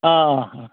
অঁ অঁ অঁ